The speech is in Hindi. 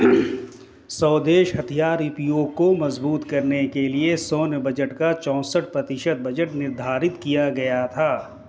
स्वदेशी हथियार उद्योग को मजबूत करने के लिए सैन्य बजट का चौसठ प्रतिशत बजट निर्धारित किया गया था